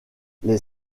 les